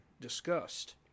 discussed